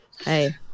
Hey